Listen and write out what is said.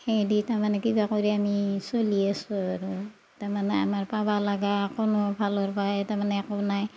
সেই দি তাৰমানে কিবা কৰি আমি চলি আছোঁ আৰু তাৰমানে আমাৰ পাব লগা কোনো ফালৰ পৰাই তাৰমানে একো নাই